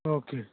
okay